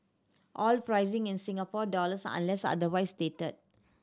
all pricing in Singapore dollars unless otherwise stated